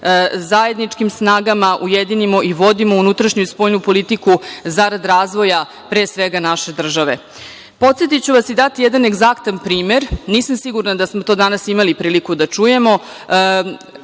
zajedničkim snagama ujedinimo i vodimo unutrašnju i spoljnu politiku zarad razvoja naše države. Podsetiću vas i dati jedan egzaktan primer, nisam sigurna da smo to danas imali priliku da čujemo,